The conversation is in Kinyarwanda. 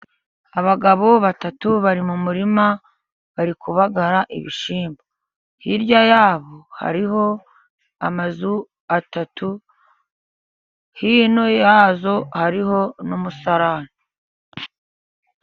Abagabo batatu bari mu murima, bari kubagara ibishyimbo. Hirya yabo hariho amazu atatu, hino yazo hariho n'umusarani.